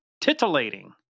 titillating